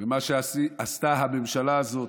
ומה שעשתה הממשלה הזאת,